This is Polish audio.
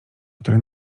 który